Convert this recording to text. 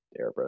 airbrush